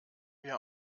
wir